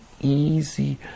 easy